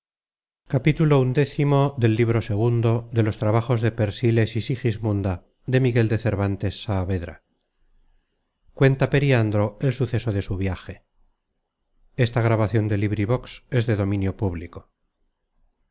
cuenta periandro el suceso de su viaje